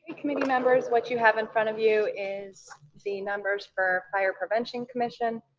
committee members, what you have in front of you is the numbers for fire prevention commission.